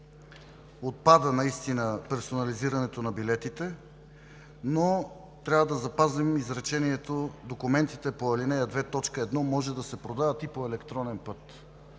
отпада наистина персонализирането на билетите, но трябва да запазим изречението „Документите по ал. 2, т. 1 може да се продават и по електронен път.“